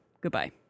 Goodbye